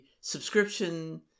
subscription